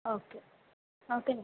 okay okay అండి